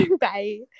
Bye